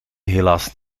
helaas